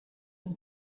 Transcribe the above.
been